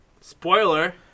Spoiler